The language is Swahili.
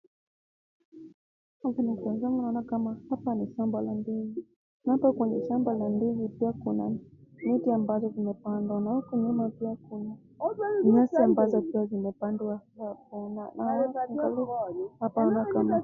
Hapa nikitazama naona kama hapa ni shamba la ndizi. Hapa kwenye shamba la ndizi pia kuna miche ambazo zimepandwa. Hapo nyuma kuna pia nyasi ambazo zimepandwa.